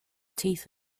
teeth